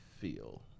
feel